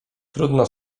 trudno